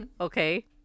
Okay